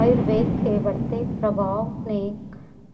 आयुर्वेद के बढ़ते प्रभाव ने